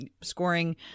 scoring